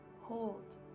hold